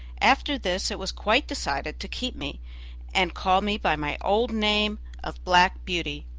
after this it was quite decided to keep me and call me by my old name of black beauty.